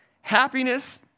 happiness